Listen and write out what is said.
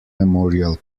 memorial